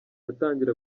atangira